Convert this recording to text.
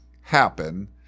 happen